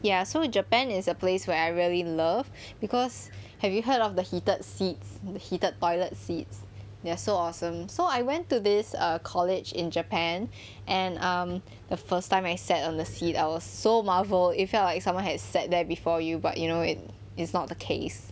ya so japan is a place where I really love because have you heard of the heated seats the heated toilet seats they are so awesome so I went to this err college in japan and um the first time I sat on the seat I was so marvelled it felt like someone has sat there before you but you know it is not the case